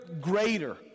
greater